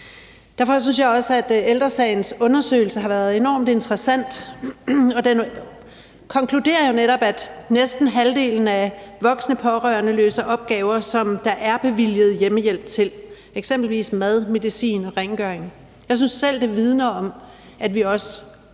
Derfor synes jeg også, at Ældre Sagens undersøgelse har været enormt interessant, og den konkluderer jo netop, at næsten halvdelen af voksne pårørende løser opgaver, som der er bevilget hjemmehjælp til, eksempelvis mad, medicin og rengøring. Jeg synes selv, det vidner om, at vi også